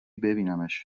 ببینمش